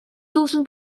должен